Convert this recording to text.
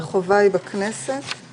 החובה היא בכנסת.